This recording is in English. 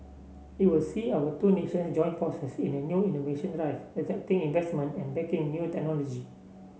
it will see our two nation join forces in a new innovation drive attracting investment and backing new technology